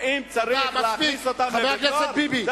ואם צריך להכניס אותם לבית-סוהר,